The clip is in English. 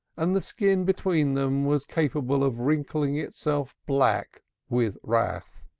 and the skin between them was capable of wrinkling itself black with wrath.